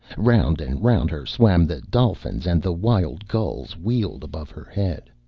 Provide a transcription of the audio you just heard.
round and round her swam the dolphins, and the wild gulls wheeled above her head.